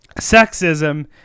sexism